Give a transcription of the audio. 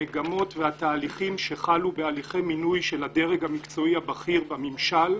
המגמות והתהליכים שחלו בהליכי מינוי של הדרג המקצועי הבכיר בממשל,